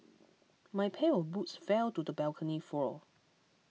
my pair of boots fell to the balcony floor